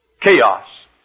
chaos